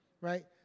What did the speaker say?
right